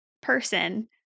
person